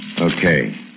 Okay